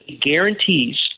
guarantees